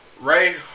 Ray